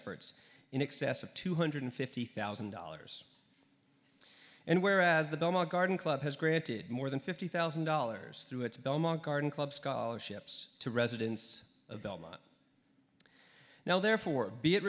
efforts in excess of two hundred fifty thousand dollars and whereas the belmont garden club has granted more than fifty thousand dollars through its belmont garden club scholarships to residents of belmont now therefore be